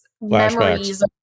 memories